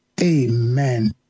amen